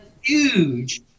huge